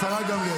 השרה גמליאל.